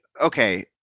okay